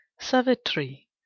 Savitri